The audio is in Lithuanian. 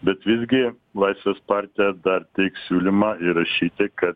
bet visgi laisvės partija dar teiks siūlymą įrašyti kad